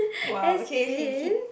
!wow! okay okay hip